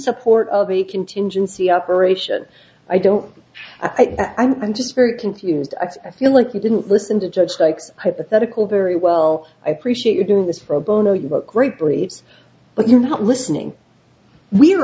support of a contingency operation i don't i don't i'm just very confused i feel like you didn't listen to judge sykes hypothetical very well i appreciate you doing this for bono you look great briefs but you're not listening we're